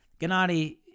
Gennady